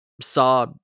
Saw